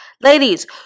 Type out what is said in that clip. Ladies